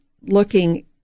looking